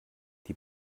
die